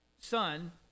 son